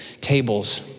tables